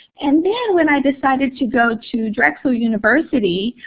and then when i decided to go to drexel university,